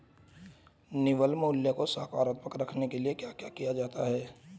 निवल मूल्य को सकारात्मक रखने के लिए क्या क्या किया जाता है?